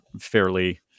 fairly